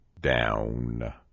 down